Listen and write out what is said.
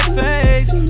face